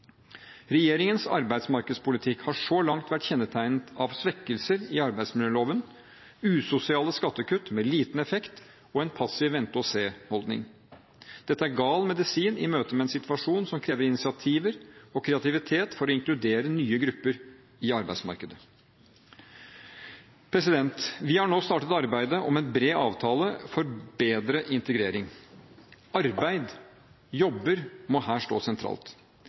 Regjeringens arbeidsmarkedspolitikk har så langt vært kjennetegnet av svekkelser i arbeidsmiljøloven, usosiale skattekutt med liten effekt og en passiv vente-og-se-holdning. Dette er gal medisin i møte med en situasjon som krever initiativer og kreativitet for å inkludere nye grupper i arbeidsmarkedet. Vi har nå startet arbeidet om en bred avtale for bedre integrering. Arbeid, jobber, må her stå sentralt.